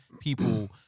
people